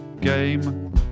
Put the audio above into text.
game